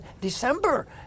December